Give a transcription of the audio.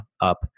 up